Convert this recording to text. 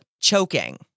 Choking